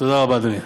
תודה רבה, אדוני.